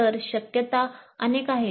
तर शक्यता अनेक आहेत